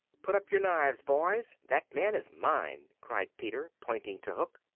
put up your knives, boys, that man is mine! cried peter, pointing to hook.